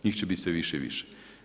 Njih će biti sve više i više.